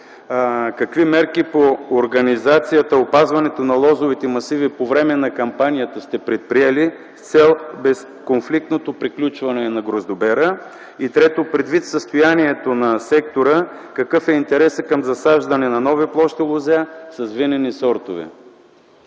Какви мерки по организацията и опазването на лозовите масиви по време на кампанията сте предприели с цел безконфликтното приключване на гроздобера? Предвид състоянието на сектора, какъв е интересът към засаждане на нови площи лозя с винени сортове?